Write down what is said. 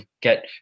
get